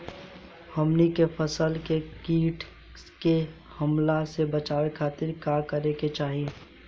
हमनी के फसल के कीट के हमला से बचावे खातिर का करे के चाहीं?